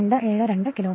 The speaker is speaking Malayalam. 272 കിലോവാട്ട്